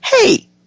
hey